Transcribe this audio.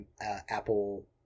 Apple